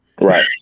Right